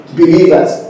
believers